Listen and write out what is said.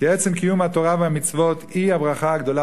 כי עצם קיום התורה והמצוות הוא הברכה הגדולה